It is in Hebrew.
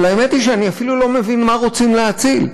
אבל האמת היא שאני אפילו לא מבין מה רוצים להציל.